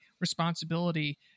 responsibility